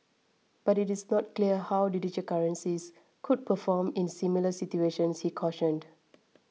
but it is not clear how digital currencies could perform in similar situations he cautioned